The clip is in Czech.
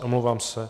Omlouvám se.